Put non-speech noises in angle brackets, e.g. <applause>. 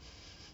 <breath>